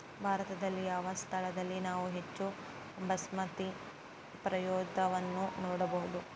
ಭಾರತದಲ್ಲಿ ಯಾವ ಸ್ಥಳದಲ್ಲಿ ನಾವು ಹೆಚ್ಚು ಬಾಸ್ಮತಿ ಪ್ರಭೇದವನ್ನು ನೋಡಬಹುದು?